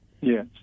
Yes